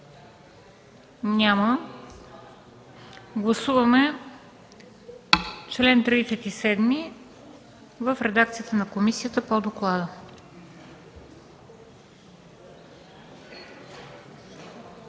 Няма. Гласуваме чл. 37 в редакцията на комисията по доклада.